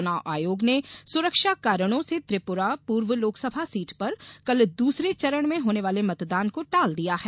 चुनाव आयोग ने सुरक्षा कारणों से त्रिपुरा पूर्व लोकसभा सीट पर कल दूसरे चरण में होने वाले मतदान को टाल दिया है